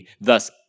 thus